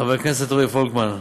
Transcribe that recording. חבר הכנסת רועי פולקמן,